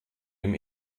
den